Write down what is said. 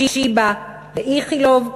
שיבא ואיכילוב,